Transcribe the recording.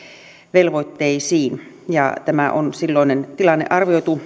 velvoitteisiin tämä silloinen tilanne on arvioitu